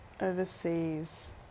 overseas